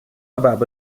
erwarb